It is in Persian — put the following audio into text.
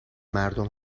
مردم